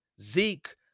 Zeke